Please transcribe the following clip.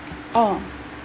orh